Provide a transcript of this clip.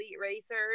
racers